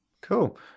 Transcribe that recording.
Cool